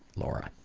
laura.